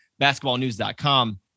basketballnews.com